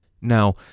Now